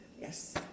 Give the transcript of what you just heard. Yes